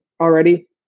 already